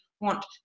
want